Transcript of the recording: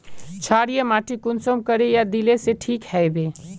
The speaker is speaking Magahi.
क्षारीय माटी कुंसम करे या दिले से ठीक हैबे?